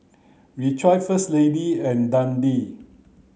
Rejoice First Lady and Dundee